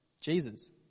Jesus